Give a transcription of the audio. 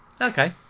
Okay